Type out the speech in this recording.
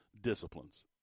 disciplines